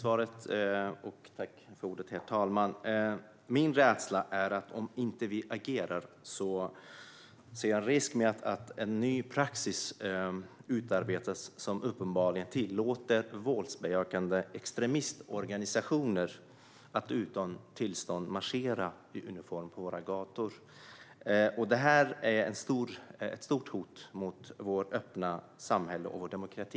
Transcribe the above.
Herr talman! Om vi inte agerar är jag rädd att det finns en risk att en ny praxis utarbetas som uppenbarligen tillåter våldsbejakande extremistorganisationer att utan tillstånd marschera i uniform på våra gator. Detta är ett stort hot mot vårt öppna samhälle och vår demokrati.